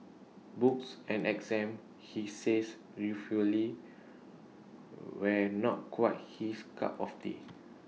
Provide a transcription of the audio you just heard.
books and exams he says ruefully were not quite his cup of tea